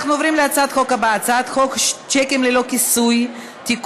אנחנו עוברים להצעת החוק הבאה: הצעת חוק שיקים ללא כיסוי (תיקון,